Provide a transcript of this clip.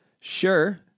Sure